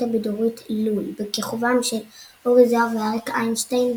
הבידורית "לול" בכיכובם של אורי זוהר ואריק איינשטיין,